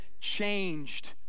changed